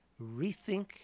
rethink